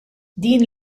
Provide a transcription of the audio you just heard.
din